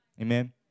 Amen